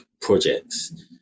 projects